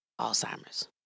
Alzheimer's